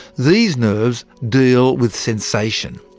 these nerves deal with sensation.